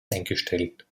eingestellt